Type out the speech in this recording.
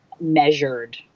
measured